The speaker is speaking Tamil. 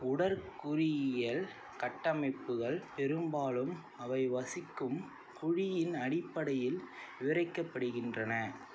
உடற்கூறியல் கட்டமைப்புகள் பெரும்பாலும் அவை வசிக்கும் குழியின் அடிப்படையில் விவரிக்கப்படுகின்றன